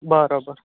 બરોબર